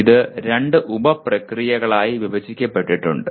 ഇത് രണ്ട് ഉപ പ്രക്രിയകളായി വിഭജിക്കപ്പെട്ടിട്ടുണ്ട്